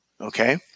okay